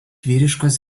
vyriškos